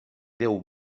déu